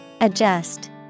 Adjust